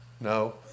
No